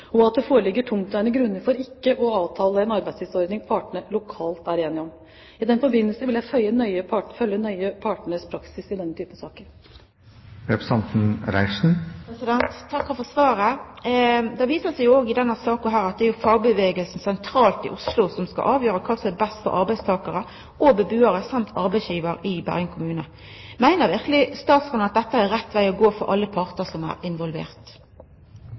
og at det foreligger tungtveiende grunner for ikke å avtale en arbeidstidsordning partene lokalt er enige om. I den forbindelse vil jeg følge nøye partenes praksis i denne type saker. Eg takkar for svaret. Det viser seg òg i denne saka at det er fagbevegelsen sentralt i Oslo som skal avgjera kva som er best for arbeidstakarar og bebuarar og arbeidsgivar i Bergen kommune. Meiner verkeleg statsråden at dette er rett veg å gå for alle partar som er